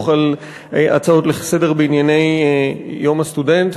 על הצעות לסדר-היום בענייני יום הסטודנט.